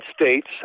States